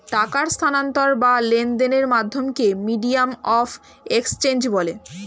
টাকার স্থানান্তর বা লেনদেনের মাধ্যমকে মিডিয়াম অফ এক্সচেঞ্জ বলে